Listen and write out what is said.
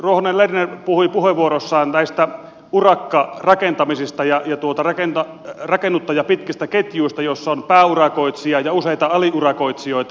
ruohonen lerner puhui puheenvuorossaan näistä urakkarakentamisista ja rakennuttajan pitkistä ketjuista jossa on pääurakoitsija ja useita aliurakoitsijoita